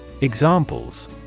Examples